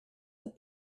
the